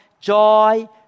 joy